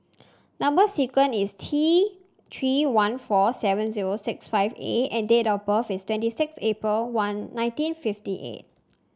number sequence is T Three one four seven zero six five A and date of birth is twenty six April one nineteen fifty eight